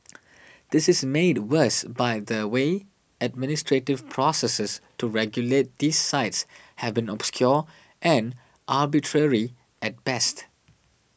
this is made worse by the way administrative processes to regulate these sites have been obscure and arbitrary at best